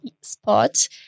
Spot